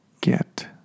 get